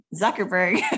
Zuckerberg